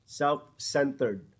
self-centered